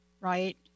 right